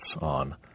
on